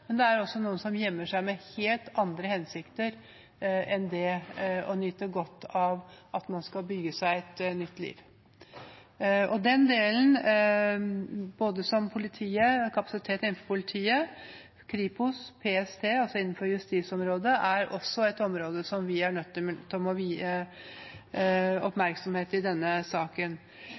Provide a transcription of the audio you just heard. det er også noen som gjemmer seg med helt andre hensikter enn å bygge seg et nytt liv. Den delen, som gjelder kapasiteten innenfor både politiet, Kripos, PST og justisområdet, er også et område vi er nødt til å vie oppmerksomhet i denne saken.